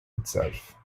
itself